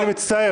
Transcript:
אני מצטער.